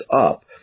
up